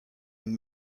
and